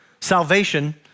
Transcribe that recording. Salvation